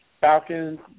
Falcons